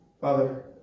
Father